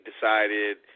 decided